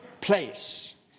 place